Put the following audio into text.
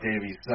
Davies